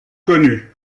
connu